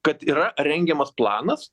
kad yra rengiamas planas